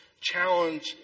challenge